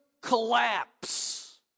collapse